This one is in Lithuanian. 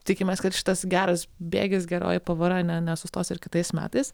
tikimės kad šitas geras bėgis geroji pavara ne nesustos ir kitais metais